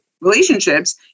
relationships